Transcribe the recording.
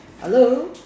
hello